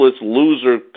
loser